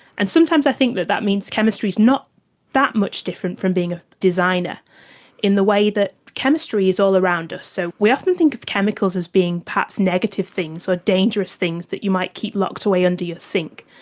and sometimes i think that that means chemistry is not that much different from being ah designer in the way that chemistry is all around us. so we often think of chemicals as being perhaps negative things or dangerous things that you might keep locked away under your sink.